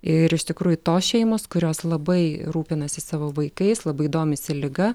ir iš tikrųjų tos šeimos kurios labai rūpinasi savo vaikais labai domisi liga